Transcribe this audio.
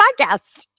podcast